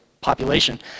population